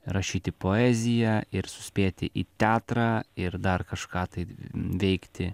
rašyti poeziją ir suspėti į teatrą ir dar kažką tai veikti